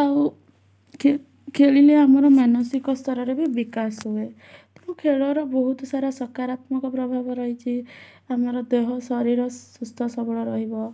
ଆଉ ଖେଳିଲେ ଆମର ମାନସିକସ୍ତରରେ ବି ବିକାଶ ହୁଏ ତେଣୁ ଖେଳର ବହୁତ ସାରା ସକାରାତ୍ମକ ପ୍ରଭାବ ରହିଛି ଆମର ଦେହ ଶରୀର ସୁସ୍ଥସବଳ ରହିବ